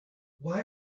why